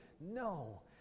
No